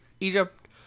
Egypt